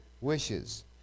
wishes